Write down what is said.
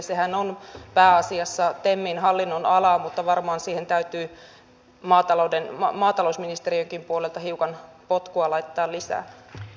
sehän on pääsiassa temin hallinnonalaa mutta varmaan siihen täytyy maatalousministeriönkin puolelta hiukan potkua laittaa lisää